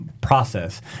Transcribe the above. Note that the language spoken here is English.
process